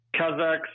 Kazakhs